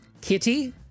Kitty